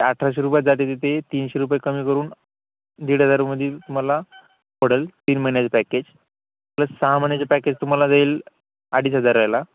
ते अठराशे रपयात जातं आहे तिथे तीनशे रुपये कमी करून दीड हजारामध्ये तुम्हाला पडेल तीन महिन्याचे पॅकेज प्लस सहा महिन्याचे पॅकेज तुम्हाला जाईल अडीच हजाराला